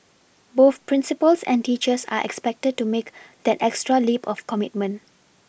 both principals and teachers are expected to make that extra leap of commitment